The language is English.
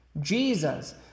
Jesus